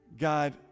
God